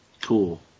Cool